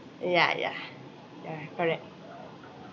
ya ya ya correct